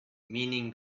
meaning